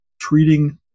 treating